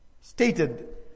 stated